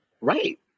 right